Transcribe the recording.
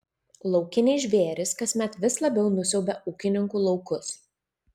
laukiniai žvėrys kasmet vis labiau nusiaubia ūkininkų laukus